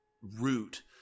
root